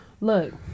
look